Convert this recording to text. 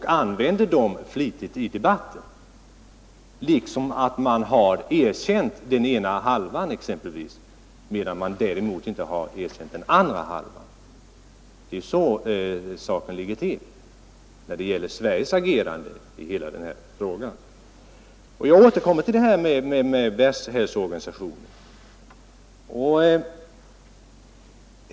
Man har exempelvis erkänt den ena halvan medan man däremot inte erkänt den andra. Det är så saken ligger till när det gäller Sveriges agerande i denna fråga. Jag återkommer till Världshälsoorganisationen.